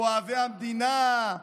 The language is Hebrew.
אוהבי המדינה,